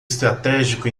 estratégico